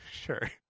Sure